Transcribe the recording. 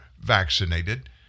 vaccinated